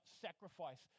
sacrifice